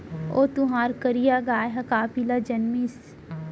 ओ तुंहर करिया गाय ह का पिला जनमिस?